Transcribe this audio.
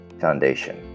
foundation